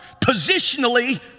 Positionally